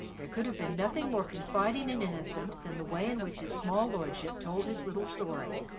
there could have been nothing more confiding and innocent than the way in which his small lordship told his little story,